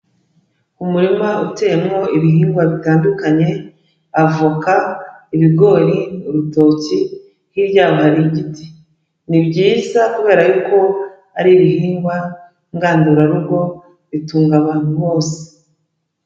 Umurima uteyemo ibihingwa bitandukanye, avoka, ibigori, urutoki, hirya yaho hari igiti, ni byiza kubera yuko ari ibihingwa ngandurarugo, bitunga abantu bose.